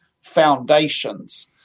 foundations